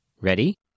Ready